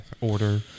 order